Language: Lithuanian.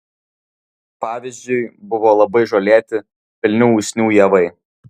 pavyzdžiui buvo labai žolėti pilni usnių javai